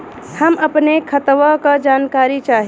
हम अपने खतवा क जानकारी चाही?